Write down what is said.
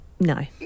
No